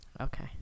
Okay